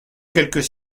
quelques